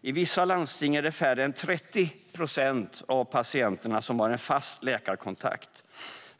I vissa landsting är det färre än 30 procent av patienterna som har en fast läkarkontakt.